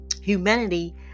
humanity